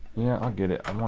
yeah i'll get it.